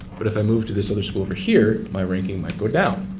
but if i move to this other school over here, my ranking might go done,